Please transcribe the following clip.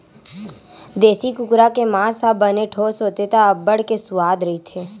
देसी कुकरा के मांस ह बने ठोस होथे त अब्बड़ के सुवाद रहिथे